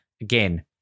again